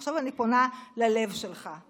ועכשיו אני פונה ללב שלך.